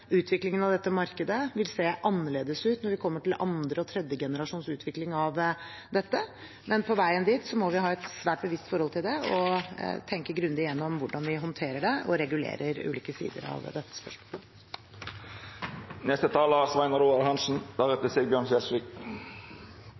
dette markedet vil se annerledes ut når vi kommer til andre og tredje generasjons utvikling av dette. Men på veien dit må vi ha et svært bevisst forhold til det og tenke grundig gjennom hvordan vi håndterer det og regulerer ulike sider av dette spørsmålet. Jeg vil takke interpellanten for å ta opp et tema jeg tror er